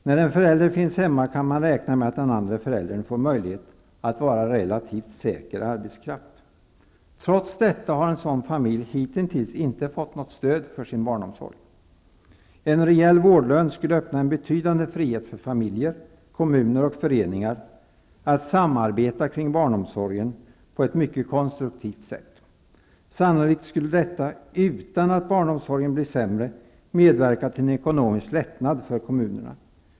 När en förälder finns hemma kan man räkna med att den andre föräldern får möjlighet att vara relativt säker arbetskraft. Trots detta har en sådan familj hitintills inte fått något stöd för sin barnomsorg. En rejäl vårdlön skulle öppna betydande frihet för familjer, kommuner och föreningar att samarbeta kring barnomsorgen på ett mycket konstruktivt sätt. Sannolikt skulle detta utan att barnomsorgen blir sämre medverka till en ekonomisk lättnad för kommunerna.